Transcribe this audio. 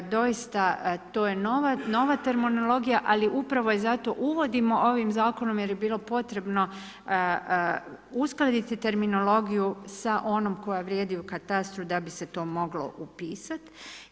Doista, to je nova terminologija, ali upravo je zato uvodimo ovim Zakonom jer je bilo potrebno uskladiti terminologiju sa onom koja vrijedi u katastru da bi se to moglo upisati.